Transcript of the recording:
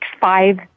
five